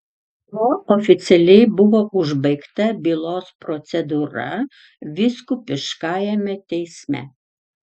tuo oficialiai buvo užbaigta bylos procedūra vyskupiškajame teisme